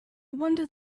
wonder